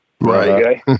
right